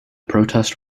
protest